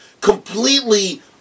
completely